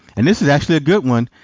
and this is actually a good one.